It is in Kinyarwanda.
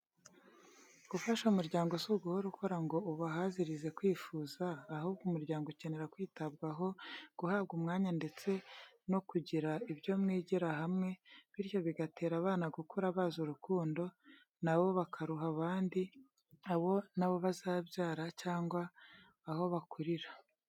Gufasha umuryango si uguhora ukora ngo ubahazirize kwifuza, ahubwo umuryango ukenera kwitabwaho, guhabwa umwanya ndetse no kugira ibyo mwigira hamwe, bityo bigatera abana gukura bazi urukundo na bo bakaruha abandi, abo na bo bazabyara cyangwa aho bakurira.